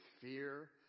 fear